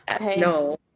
No